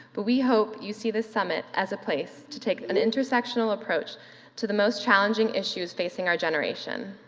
but we hope you see this summit as a place to take an intersectional approach to the most challenging issues facing our generation.